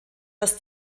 das